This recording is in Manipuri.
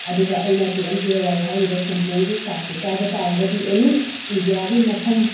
ꯑꯗꯨꯒ ꯑꯩꯟ P M J A Y ꯍꯥꯏꯔꯤꯕ ꯁꯦꯟꯇ꯭ꯔꯦꯜꯒꯤ ꯀꯥꯔꯠꯁꯦ ꯄꯥꯏꯕ ꯇꯥꯔꯒꯗꯤ ꯑꯦꯅꯤ ꯏꯟꯗꯤꯌꯥꯒꯤ ꯃꯐꯝ